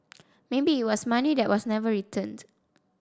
maybe it was money that was never returned